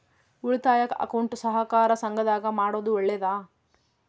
ಉಳಿತಾಯ ಅಕೌಂಟ್ ಸಹಕಾರ ಸಂಘದಾಗ ಮಾಡೋದು ಒಳ್ಳೇದಾ?